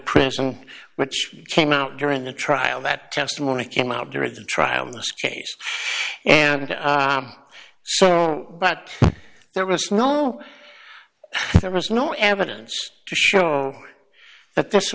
prison which came out during the trial that testimony came out during the trial in this case and so but there was no there was no evidence to show but this